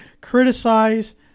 criticize